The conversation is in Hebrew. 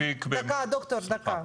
אני מאוד מקווה שהמפיק --- ד"ר, דקה.